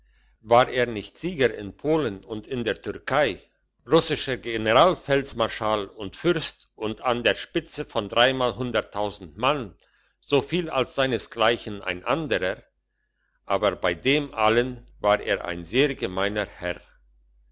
war er nicht sieger in polen und in der türkei russischer generalfeldmarschall und fürst und an der spitze von dreimal hunderttausend mann soviel als seinesgleichen ein anderer aber bei dem allen war er ein sehr gemeiner herr